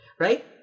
Right